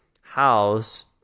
house